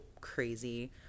crazy –